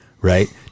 right